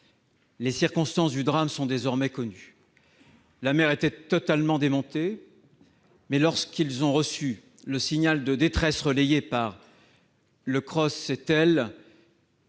Les circonstances du drame sont désormais connues : la mer était totalement démontée. Pourtant, lorsqu'ils ont reçu le signal de détresse relayé par le Cross Étel,